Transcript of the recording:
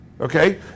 okay